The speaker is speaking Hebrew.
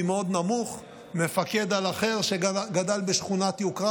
מאוד נמוך מפקד על אחר שגדל בשכונת יוקרה.